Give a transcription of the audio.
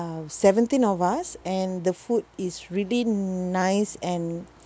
um seventeen of us and the food is really nice and